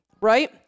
right